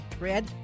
red